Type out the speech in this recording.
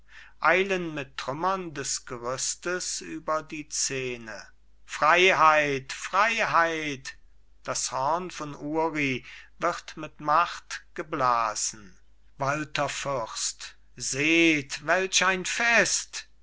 eilen mit trümmern des gerüstes über die szene freiheit freiheit das horn von uri wird mit macht geblasen walther fürst seht welch ein fest